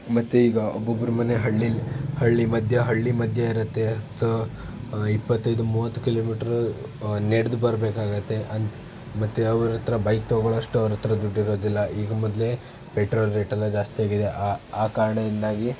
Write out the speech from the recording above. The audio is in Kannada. ಮತ್ತು ಈಗ ಒಬ್ಬೊಬ್ರ ಮನೆ ಹಳ್ಳೀಲಿ ಹಳ್ಳಿ ಮಧ್ಯೆ ಹಳ್ಳಿ ಮಧ್ಯೆ ಇರುತ್ತೆ ಅಥವಾ ಇಪ್ಪತ್ತೈದು ಮೂವತ್ತು ಕಿಲೋಮೀಟ್ರ್ ನಡೆದು ಬರ್ಬೇಕಾಗುತ್ತೆ ಅಂತ ಮತ್ತು ಅವರತ್ರ ಬೈಕ್ ತೊಗೊಳ್ಳೋಷ್ಟು ಅವರತ್ರ ದುಡ್ಡಿರೋದಿಲ್ಲ ಈಗ ಮೊದಲೇ ಪೆಟ್ರೋಲ್ ರೇಟೆಲ್ಲ ಜಾಸ್ತಿಯಾಗಿದೆ ಆ ಆ ಕಾರಣದಿಂದಾಗಿ